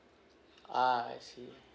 ah I see